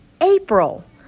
April